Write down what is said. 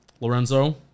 Lorenzo